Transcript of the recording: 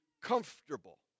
comfortable